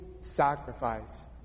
sacrifice